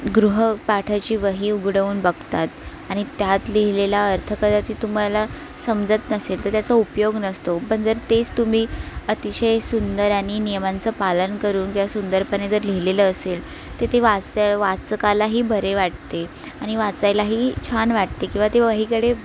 गृहपाठाची वही उघडवून बघतात आणि त्यात लिहिलेला अर्थ कदाचित तुम्हाला समजत नसेल तर त्याचा उपयोग नसतो पण जर तेच तुम्ही अतिशय सुंदर आणि नियमांचं पालन करून ज्या सुंदरपणे जर लिहिलेलं असेल तर ते वाचता यावं वाचकालाही बरे वाटते आणि वाचायलाही छान वाटते किंवा ते वहीकडे